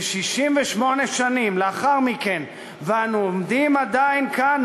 ו-68 שנים לאחר מכן אנו עומדים עדיין כאן,